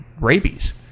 rabies